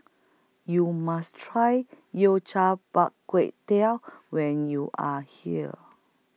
YOU must Try Yao Cai Bak Gui Teo when YOU Are here